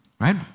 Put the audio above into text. Right